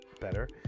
better